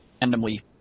randomly